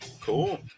cool